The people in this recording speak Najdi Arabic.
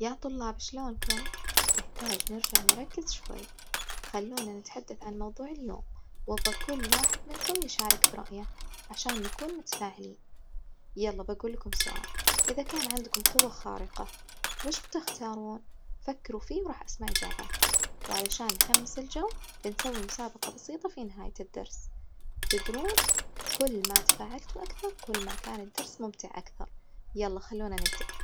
يا طلاب شلونكم؟ نحتاج نرجع نركز شوي، خلونا نتحدث عن موضوع اليوم، وأبغى كل واحد منكم يشارك برأيه عشان نكون متفاعلين، يلا بجولكم سؤال إذا كان عندكم قوة خارقة ويش بتختارون؟ فكروا فيه وراح أسمع إجاباتكم، وعلشان نحمس الجو بنسوي مسابقة بسيطة في نهاية الدرس، تدرون كل ما تفاعلتوا أكثر كل ما كان الدرس ممتع أكثر، يلا خلونا نبدأ.